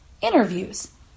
interviews